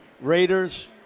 Raiders